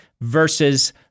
versus